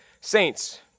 saints